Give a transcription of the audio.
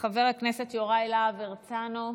חבר הכנסת יוראי להב הרצנו,